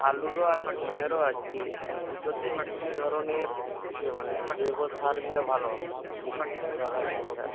আলুরও আছে ধানেরও আছে তো দুটোতেই কী ধরনের ইয়ে মানে জৈব সার দিলে ভালো হবে বা রাসায়নিক সার